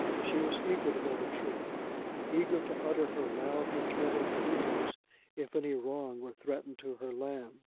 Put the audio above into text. she was eager to know the truth eager to utter her loud maternal bleatings if any wrong were threatened to her lamb.